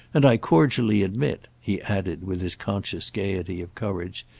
and i cordially admit, he added with his conscious gaiety of courage,